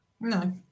No